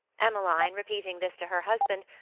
emmeline, repeating this to her husband,